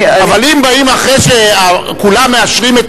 אבל אם באים אחרי שכולם מאשרים את